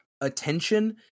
attention